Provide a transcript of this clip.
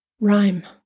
rhyme